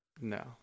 No